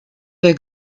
der